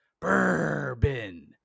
bourbon